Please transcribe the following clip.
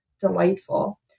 delightful